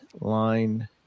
line